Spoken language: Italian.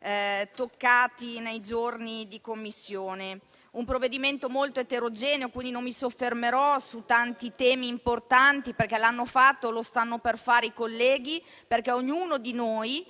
toccati nei giorni di lavoro in Commissione. Si tratta di un provvedimento molto eterogeneo, quindi non mi soffermerò su tanti temi importanti, perché l'hanno fatto o lo faranno altri colleghi. Ognuno di noi,